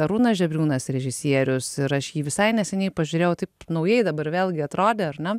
arūnas žebriūnas režisierius ir aš jį visai neseniai pažiūrėjau taip naujai dabar vėlgi atrodė ar ne